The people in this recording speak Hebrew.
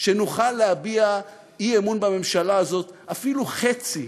שנוכל להביע אי-אמון בממשלה הזאת אפילו חצי,